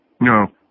No